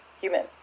human